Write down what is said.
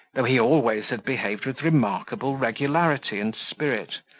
though he always had behaved with remarkable regularity and spirit,